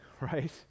right